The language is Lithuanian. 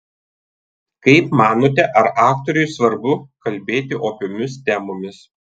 kaip manote ar aktoriui svarbu kalbėti opiomis temomis